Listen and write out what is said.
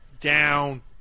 down